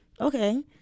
Okay